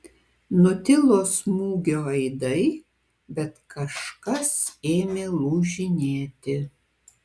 nutilo smūgio aidai bet kažkas ėmė lūžinėti